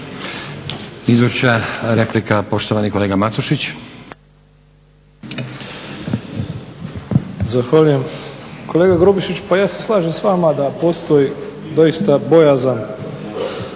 Iduća replika, poštovani kolega Matušić. **Matušić, Frano (HDZ)** Zahvaljujem. Kolega Grubišić pa ja se slažem s vama da postoji doista bojazan